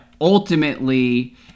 Ultimately